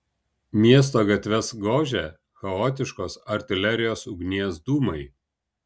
miesto gatves gožė chaotiškos artilerijos ugnies dūmai